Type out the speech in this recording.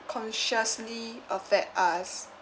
consciously affect us